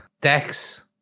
Dex